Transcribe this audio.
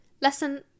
Lesson